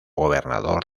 gobernador